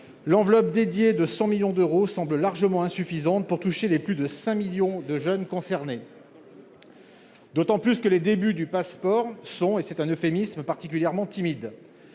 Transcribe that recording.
l'enveloppe dédiée de 100 millions d'euros semble largement insuffisante pour toucher les plus de 5 millions de jeunes concernés. En outre, les débuts du Pass'Sport sont particulièrement timides-